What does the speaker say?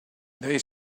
they